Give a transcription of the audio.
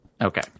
Okay